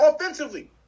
offensively